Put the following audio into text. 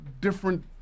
different